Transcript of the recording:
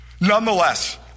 Nonetheless